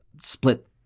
split